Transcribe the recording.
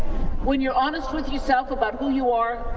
when you're honest with yourself about who you are,